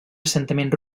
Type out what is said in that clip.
assentament